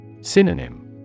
Synonym